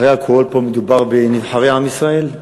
אחרי הכול, פה מדובר בנבחרי עם ישראל,